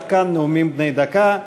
עד כאן נאומים בני דקה.